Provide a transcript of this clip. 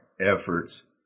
efforts